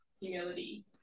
humility